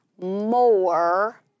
more